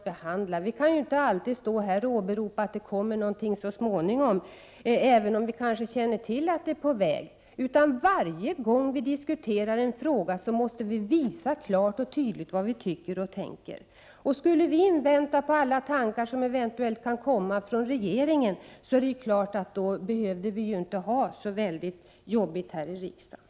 Men vi kan inte alltid bara åberopa att det så småningom kommer ett förslag, även om vi känner till att något är på gång. Varje gång vi diskuterar en fråga måste vi därför klart och tydligt visa vad vi tycker och tänker. Om vi inväntade alla tankar som eventuellt kan komma från regeringen, skulle vi självfallet inte behöva ha det så jobbigt här i riksdagen.